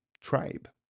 tribe